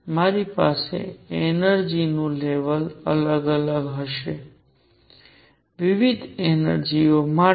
મારી પાસે એનર્જિ નું લેવલ અલગ અલગ હશે વિવિધ એનર્જિ ઓ હશે